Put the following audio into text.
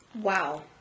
Wow